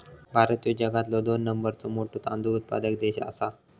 भारत ह्यो जगातलो दोन नंबरचो मोठो तांदूळ उत्पादक देश आसा